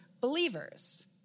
believers